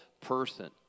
person